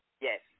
yes